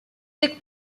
sick